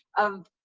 of